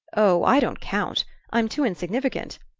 oh, i don't count i'm too insignificant.